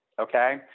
Okay